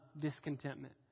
discontentment